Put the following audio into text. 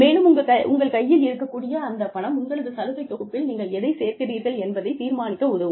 மேலும் உங்கள் கையில் இருக்கக்கூடிய அந்த பணம் உங்களது சலுகை தொகுப்பில் நீங்கள் எதைச் சேர்க்கிறீர்கள் என்பதை தீர்மானிக்க உதவும்